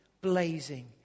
blazing